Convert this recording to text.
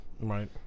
Right